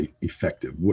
effective